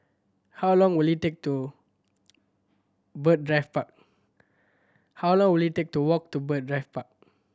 how long will it take to Bird Drive Park how long will it take to walk to Bird Drive Park